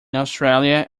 australia